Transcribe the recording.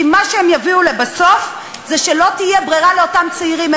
כי מה שהם יביאו לבסוף זה שלא תהיה ברירה לאותם צעירים,